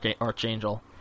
Archangel